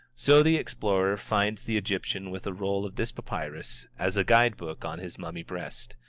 so the explorer finds the egyptian with a roll of this papyrus as a guide-book on his mummy breast.